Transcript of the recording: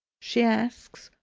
she asks,